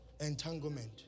Entanglement